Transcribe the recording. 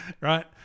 Right